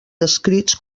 descrits